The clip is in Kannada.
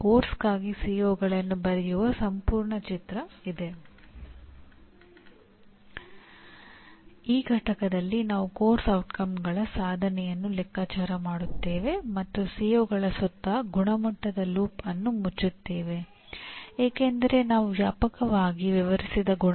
ಕಲಿಕೆಯ ಹಲವಾರು ಸಿದ್ಧಾಂತಗಳಿವೆ ಮತ್ತು ಕಲಿಕೆಯ ಎಲ್ಲಾ ಸಿದ್ಧಾಂತಗಳು ಪರಸ್ಪರ ಪ್ರತ್ಯೇಕವಾಗಿಲ್ಲ ಎಂಬುದನ್ನು ನಾವು ಗುರುತಿಸಬೇಕು